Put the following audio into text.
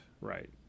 right